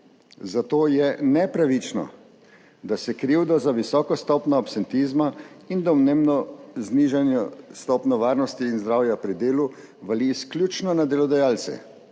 Zato je nepravično, da se krivda za visoko stopnjo absentizma in domnevno znižano stopnjo varnosti in zdravja pri delu vali izključno na delodajalce.